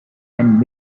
and